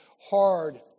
hard